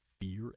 fear